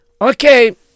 Okay